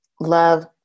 love